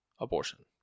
abortion